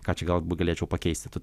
ką čia galbūt galėčiau pakeisti tu